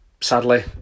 sadly